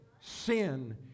Sin